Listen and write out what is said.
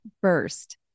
first